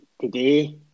Today